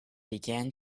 began